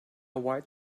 white